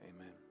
Amen